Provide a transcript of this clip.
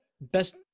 best